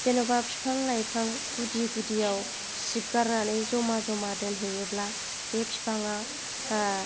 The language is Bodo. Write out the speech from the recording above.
जेन'बा बिफां लाइफां गुदि गुदियाव सिबगारनानै जमा जमा दोनहैयोब्ला बे बिफाङा